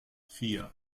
vier